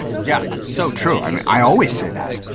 yeah, um so true! i mean, i always say that!